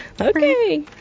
Okay